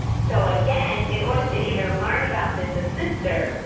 so again, in order to even learn about this assistor,